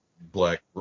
black